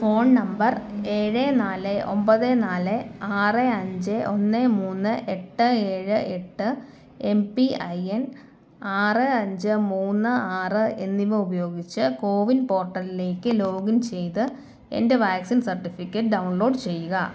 phone number ഏഴ് നാല് ഒമ്പത് നാല് ആറ് അഞ്ച് ഒന്ന് മൂന്ന് എട്ട് ഏഴ് എട്ട് എം പി ഐ എൻ ആറ് അഞ്ച് മൂന്ന് ആറ് എന്നിവ ഉപയോഗിച്ച് കോവിൻ പോർട്ടലിലേക്ക് ലോഗിൻ ചെയ്ത് എൻ്റെ വാക്സിൻ സർട്ടിഫിക്കറ്റ് ഡൗൺലോഡ് ചെയ്യുക